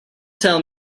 tell